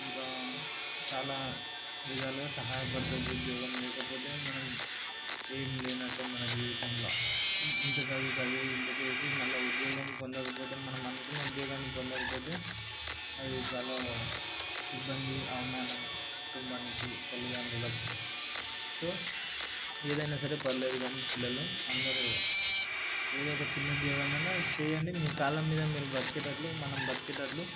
ఇంకా చాలా విధాలుగా సహాయ పడుతుంది ఉద్యోగం లేకపోతే మనం ఏం లేనట్టే మన జీవితంలో ఇంత చదువు చదివి ఇంత చేసి మళ్ళీ ఉద్యోగం పొందకపోతే మనం అనుకున్న ఉద్యోగాన్ని పొందకపోతే అది చాలా ఇబ్బంది అవమానం కుటుంబానికి తల్లిదండ్రులకు సో ఏదైనా సరే పర్లేదు కానీ పిల్లలు అందరు ఏదో ఒక చిన్న ఉద్యోగం అయినా చేయండి మీ కాళ్ళ మీద మీరు బ్రతికేటట్లు మనం బ్రతికేటట్లు